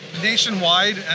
nationwide